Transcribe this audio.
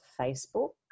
facebook